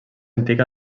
antiga